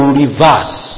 reverse